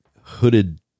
hooded